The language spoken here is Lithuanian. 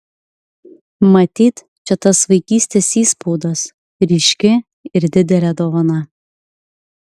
matyt čia tas vaikystės įspaudas ryški ir didelė dovana